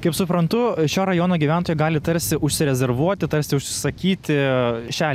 kaip suprantu šio rajono gyventojai gali tarsi užsirezervuoti tarsi užsisakyti šią